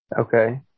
Okay